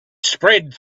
spread